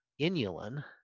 inulin